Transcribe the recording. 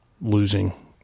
losing